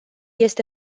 este